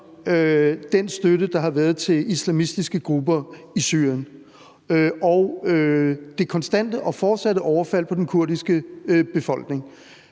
den støtte, der har været til islamistiske grupper i Syrien, og det konstante og fortsatte overfald på den kurdiske befolkning.